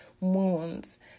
wounds